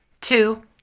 two